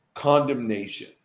condemnation